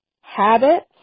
habits